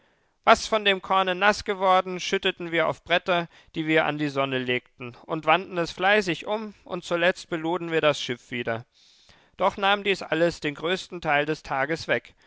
was von dem korne naßgeworden schütteten wir auf bretter die wir an die sonne legten und wandten es fleißig um und zuletzt beluden wir das schiff wieder doch nahm dies alles den größten teil des tages weg